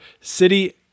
city